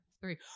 three